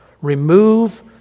Remove